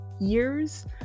years